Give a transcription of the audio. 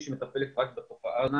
צריך לדרוש לעשות את זה באופן מיידי.